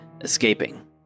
escaping